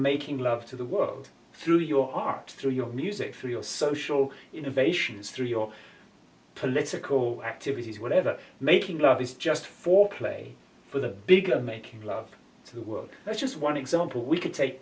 making love to the world through your art through your music for your social innovations through your political activities whatever making love is just foreplay for the bigger making love to the world that's just one example we can take